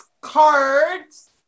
cards